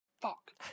fuck